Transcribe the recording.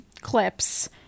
clips